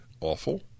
awful